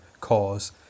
cause